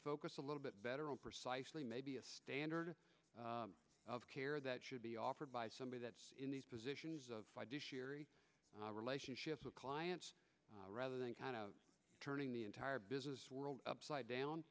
focus a little bit better on precisely maybe a standard of care that should be offered by somebody in these positions of relationships with clients rather than kind of turning the entire business world upside down